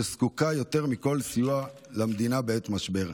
שזקוקה יותר מכול לסיוע מהמדינה בעת משבר.